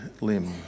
Lim